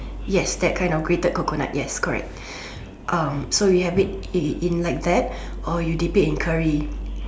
yes that kind of grated coconut yes correct um so we have it in in like that or we dip it in curry